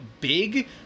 big